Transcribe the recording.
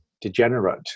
degenerate